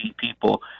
people